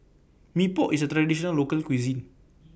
Mee Pok IS A Traditional Local Cuisine